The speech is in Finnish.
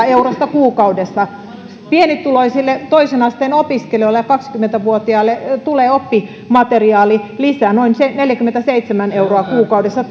eurosta kuukaudessa pienituloisille toisen asteen opiskelijoille alle kaksikymmentä vuotiaille tulee oppimateriaalilisä noin neljäkymmentäseitsemän euroa kuukaudessa